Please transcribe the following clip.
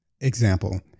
Example